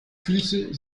füße